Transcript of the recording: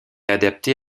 adapté